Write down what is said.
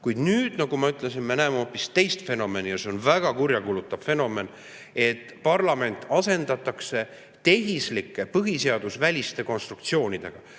Kuid nüüd, nagu ma ütlesin, me näeme hoopis teist fenomeni. See on väga kurjakuulutav fenomen, et parlament asendatakse tehislike, põhiseadusväliste konstruktsioonidega.